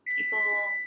People